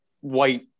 white